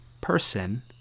person